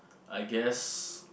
I guess